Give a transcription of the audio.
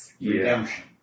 redemption